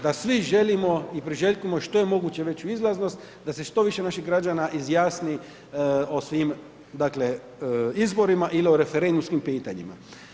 Da svi želimo i priželjkujemo što je moguću veću izlaznost, da se što više naših građana izjasni o svim izborima ili o referendumskim pitanjima.